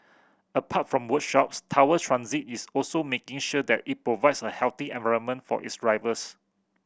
apart from workshops Tower Transit is also making sure that it provides a healthy environment for its drivers